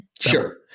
Sure